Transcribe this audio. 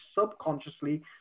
subconsciously